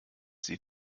sie